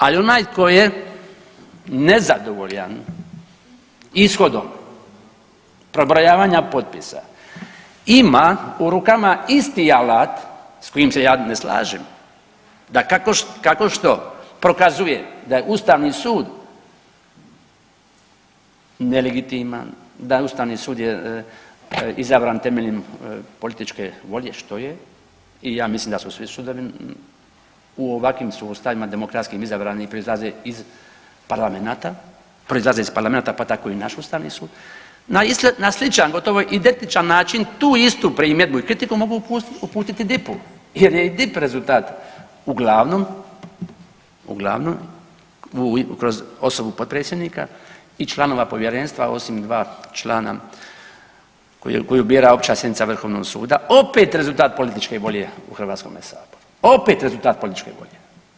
Ali onaj ko je nezadovoljan ishodom prebrojavanja potpisa ima u rukama isti alat s kojim se ja ne slažem da kako, kako što prokazuje da je ustavni sud nelegitiman, da ustavni sud je izabran temeljem političke volje, što je i ja mislim da su svi sudovi u ovakvim sustavima demokratskim izabrani i proizlaze iz parlamenata, proizlaze iz parlamenata, pa tako i naš ustavni sud, na sličan gotovo identičan način tu istu primjedbu i kritiku mogu pustiti DIP-u jer je i DIP rezultat uglavnom, uglavnom kroz osobu potpredsjednika i članova povjerenstva osim dva člana koju, koju bira opća sjednica vrhovnog suda opet rezultat političke volje u HS, opet rezultat političke volje.